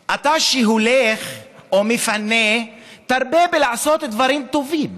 אתה, שהולך או מפנה, תרבה לעשות דברים טובים.